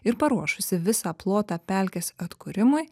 ir paruošusi visą plotą pelkės atkūrimui